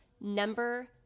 Number